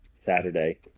saturday